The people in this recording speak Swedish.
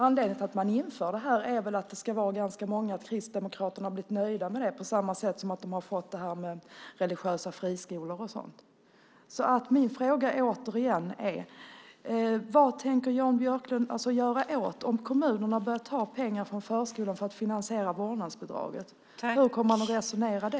Anledningen till att man införde detta är väl att det ska vara ganska många och att kristdemokrater blir nöjda med det. Det är på samma sätt som när de har fått religiösa friskolor och sådant. Min fråga är återigen: Vad tänker Jan Björklund göra om kommunerna börjar ta pengar från förskolan för att finansiera vårdnadsbidraget? Hur kommer man att resonera då?